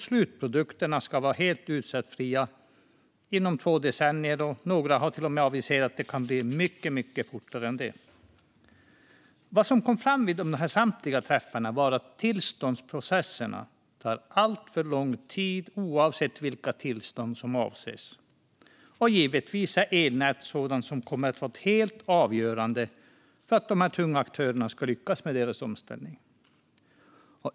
Slutprodukterna ska vara helt utsläppsfria inom två decennier, och några har till och med aviserat att det kan gå mycket fortare än så. Vad som kom fram vid samtliga träffar var att tillståndsprocesserna tar alltför lång tid, oavsett vilka tillstånd som avses. Elnät kommer givetvis att vara helt avgörande för att dessa tunga aktörer ska lyckas med sin omställning.